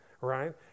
right